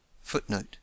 Footnote